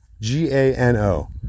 G-A-N-O